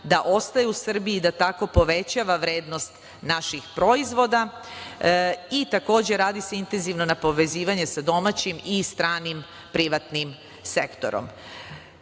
da ostaje u Srbiji, da tako povećava vrednost naših proizvoda. Takođe, radi se intenzivno na povezivanju sa domaćim i stranim privatnim sektorom.O